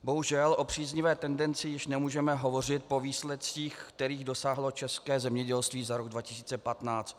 Bohužel o příznivé tendenci již nemůžeme hovořit po výsledcích, které dosáhlo české zemědělství za rok 2015.